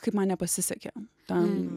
kaip man nepasisekė tam